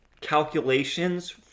calculations